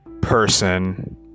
person